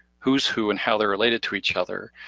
who's who and how they're related to each other,